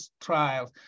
trials